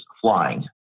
flying